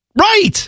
Right